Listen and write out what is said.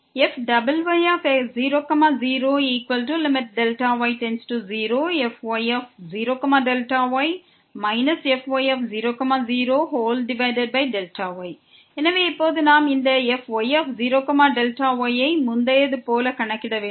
fyy00fy0Δy fy00Δy எனவே இப்போது நாம் இந்த fy0Δy ஐ முந்தையது போல்கணக்கிட வேண்டும்